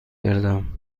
کردم